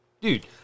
Dude